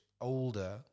older